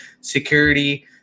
security